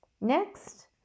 Next